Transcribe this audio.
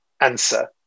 answer